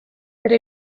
bere